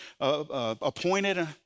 appointed